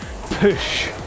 push